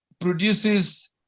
produces